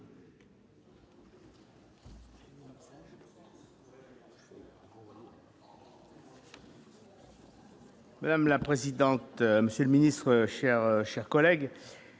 Madame la présidente, monsieur le ministre, chers, chers collègues,